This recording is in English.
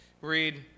read